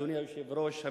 אדוני היושב-ראש,